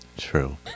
True